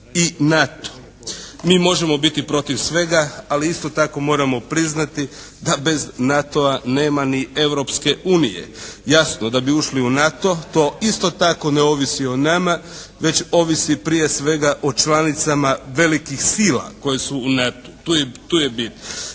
i NATO. Mi možemo biti protiv svega, ali isto tako moramo priznati da bez NATO-a nema ni Europske unije. Jasno da bi ušli u NATO to isto tako ne ovisi o nama, već ovisi prije svega o članicama velikih sila koje su u NATO-u, tu je bit.